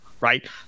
Right